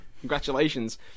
Congratulations